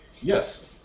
Yes